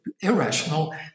irrational